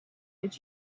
did